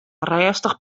rêstich